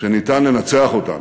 שניתן לנצח אותנו,